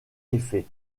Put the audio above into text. effet